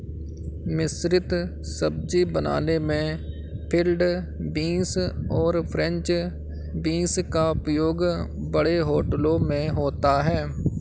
मिश्रित सब्जी बनाने में फील्ड बींस और फ्रेंच बींस का उपयोग बड़े होटलों में होता है